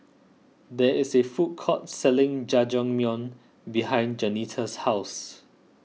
there is a food court selling Jajangmyeon behind Jaunita's house